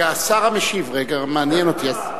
רגע, השר המשיב, מעניין אותי.